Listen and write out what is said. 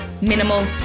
minimal